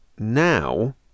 Now